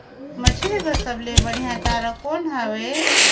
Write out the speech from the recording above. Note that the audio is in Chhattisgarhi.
मछरी बर सबले बढ़िया चारा कौन हवय?